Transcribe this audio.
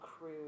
crew